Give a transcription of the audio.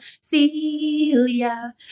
Celia